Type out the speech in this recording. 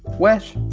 wet